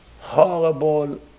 horrible